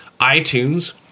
iTunes